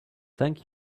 thank